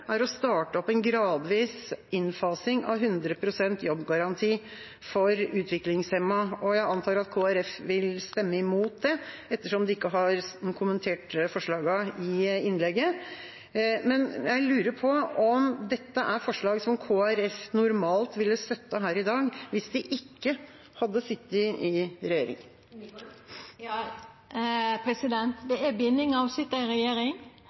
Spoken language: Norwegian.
er å starte opp en gradvis innfasing av 100 pst. jobbgaranti for utviklingshemmede. Jeg antar at Kristelig Folkeparti vil stemme imot det, ettersom de ikke har kommentert forslagene i innlegget. Men jeg lurer på om dette er forslag Kristelig Folkeparti normalt ville støttet her i dag hvis de ikke hadde sittet i regjering. Det er bindingar ved å sitja i regjering.